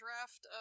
draft